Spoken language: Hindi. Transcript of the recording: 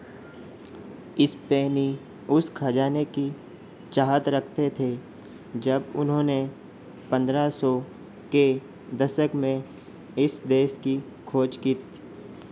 इस्पेनी उस खजाने की चाहत रखते थे जब उन्होंने पंद्रह सौ के दशक में इस देश की खोज की